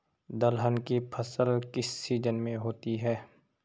दलहन की फसल किस सीजन में होती है?